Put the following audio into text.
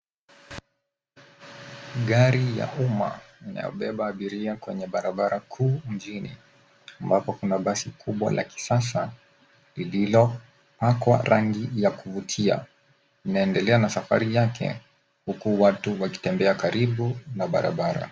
Gari ya umma inayobeba abiria kwenye barabara kuu mjini ambapo kuna basi kubwa la kisasa lililopakwa rangi ya kuvutia. Inaendelea na safari yake huku watu wakitembea karibu na barabara.